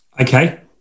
Okay